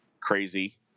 crazy